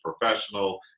professional